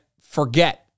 forget